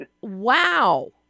wow